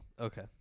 Okay